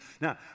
Now